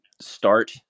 start